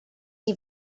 chi